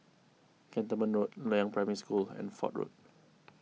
Cantonment Road Loyang Primary School and Fort Road